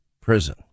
prison